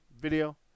video